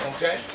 Okay